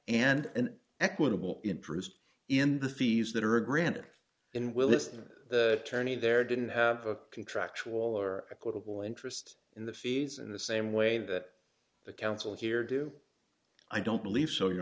an equitable interest in the fees that are granted in willis in a tourney there didn't have a contractual or equitable interest in the fees in the same way that the counsel here do i don't believe so you